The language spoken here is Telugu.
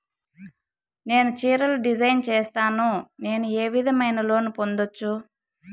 నేను చీరలు డిజైన్ సేస్తాను, నేను ఏ విధమైన లోను పొందొచ్చు